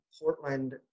Portland